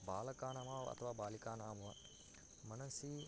बालकानां वा अथवा बालिकानां वा मनसि